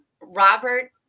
Robert